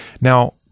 Now